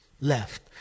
left